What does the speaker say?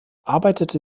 arbeitete